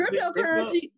cryptocurrency